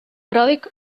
pròdig